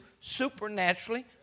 supernaturally